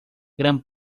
gran